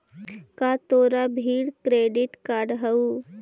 का तोरा भीर क्रेडिट कार्ड हउ?